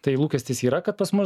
tai lūkestis yra kad pas mus